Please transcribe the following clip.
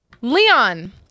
Leon